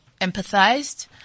empathized